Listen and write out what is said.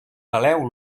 peleu